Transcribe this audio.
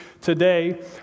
today